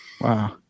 Wow